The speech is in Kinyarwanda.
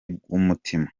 bw’umutima